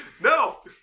No